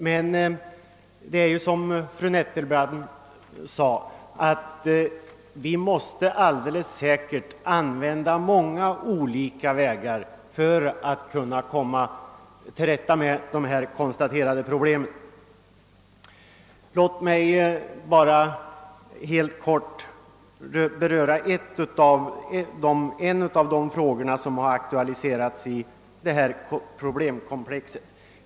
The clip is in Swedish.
Men det förhåller sig så som fru Nettelbrandt sade, att vi säkert måste använda många olika vägar för att kunna komma till rätta med dessa konstaterade problem. Låt mig bara helt kort beröra en av de frågor som har aktualiserats i detta problemkomplex.